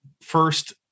first